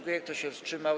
Kto się wstrzymał?